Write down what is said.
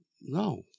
No